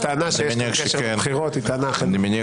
הטענה בקשר לבחירות, היא טענה מגוחכת.